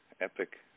epic